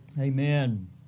amen